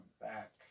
back